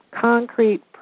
concrete